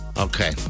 Okay